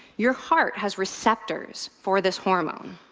your heart has receptors for this hormone,